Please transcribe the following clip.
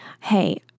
Hey